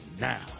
now